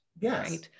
Yes